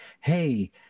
hey